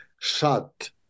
shut